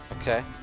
Okay